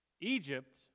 Egypt